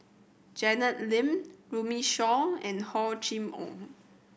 Janet Lim Runme Shaw and Hor Chim Or